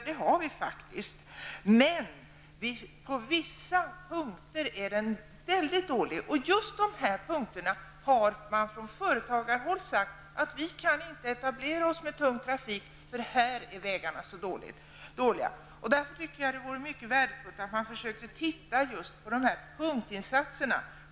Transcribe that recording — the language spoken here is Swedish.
Det har vi faktiskt. På vissa punkter är den emellertid mycket dålig. Från företagarhåll har man sagt att man inte kan etablera sig med tung trafik, eftersom vägarna på vissa punkter är så dåliga. Därför tycker jag att det vore mycket värdefullt om man försökte titta på punktinsatserna.